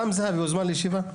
רם זהבי הוזמן לישיבה?